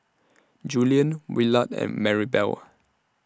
Julien Willard and Marybelle